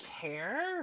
care